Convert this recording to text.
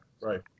Right